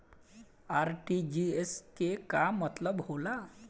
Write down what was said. RTGS के का मतलब होला?